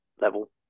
level